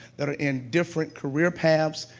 that are in different career paths,